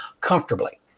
comfortably